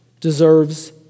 deserves